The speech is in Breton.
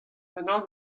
unan